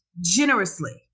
generously